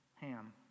Ham